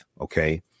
Okay